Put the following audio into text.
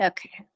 Okay